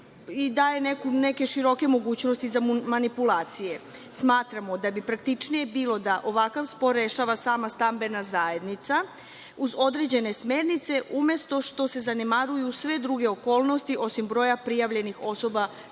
daje neke široke mogućnosti za manipulaciju. Smatramo da bi praktičnije bilo da ovakav spor rešava sama stambena zajednica, uz određene smernice, umesto što se zanemaruju sve druge okolnosti osim broja prijavljenih osoba